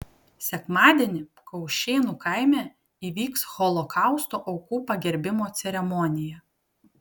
sekmadienį kaušėnų kaime įvyks holokausto aukų pagerbimo ceremonija